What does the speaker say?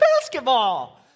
basketball